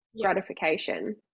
gratification